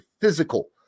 physical